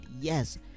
yes